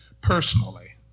Personally